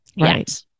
right